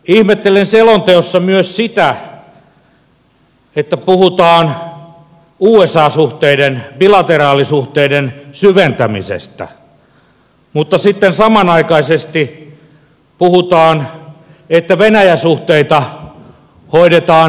ihmettelen selonteossa myös sitä että puhutaan usa suhteiden bilateraalisuhteiden syventämisestä mutta sitten samanaikaisesti puhutaan että venäjä suhteita hoidetaan eun kautta